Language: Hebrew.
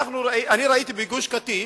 ראיתי שבגוש-קטיף